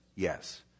Yes